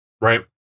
right